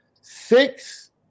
six